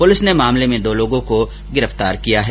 police ने मामले में दो लोगों को गिरफ्तार किया है